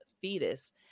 fetus